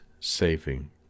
saving